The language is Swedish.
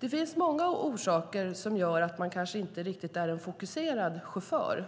Det finns många orsaker som gör att man kanske inte riktigt är en fokuserad chaufför.